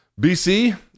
BC